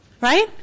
Right